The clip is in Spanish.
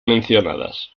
mencionadas